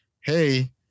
Hey